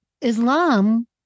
Islam